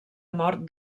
mort